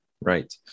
Right